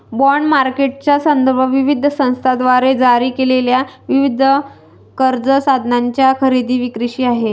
bond मार्केटचा संदर्भ विविध संस्थांद्वारे जारी केलेल्या विविध कर्ज साधनांच्या खरेदी विक्रीशी आहे